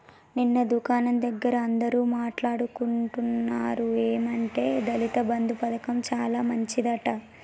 నిన్న దుకాణం దగ్గర అందరూ మాట్లాడుకుంటున్నారు ఏమంటే దళిత బంధు పథకం చాలా మంచిదట